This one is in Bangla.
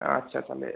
আচ্ছা তাহলে